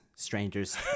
strangers